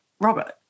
Robert